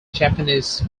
japanese